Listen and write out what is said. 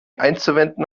einzuwenden